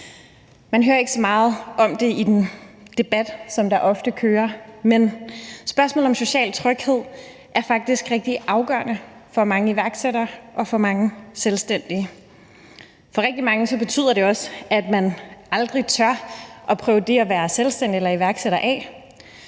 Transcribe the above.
Man hører ikke så meget om det i den debat, som ofte kører, men spørgsmålet om social tryghed er faktisk rigtig afgørende for mange iværksættere og for mange selvstændige. For rigtig mange betyder det også, at man aldrig tør prøve det at være selvstændig eller iværksætter af.